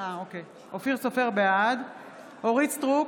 בעד אורית מלכה סטרוק,